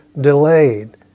delayed